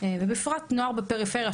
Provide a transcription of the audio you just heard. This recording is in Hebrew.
ובפרט נוער בפריפריה,